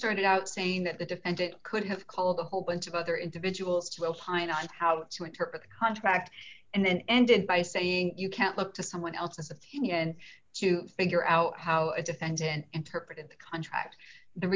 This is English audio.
started out saying that the defend it could have called a whole bunch of other individuals to ohio on how to interpret the contract and then ended by saying you can't look to someone else's opinion to figure out how it defends and her part of the contract the